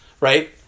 right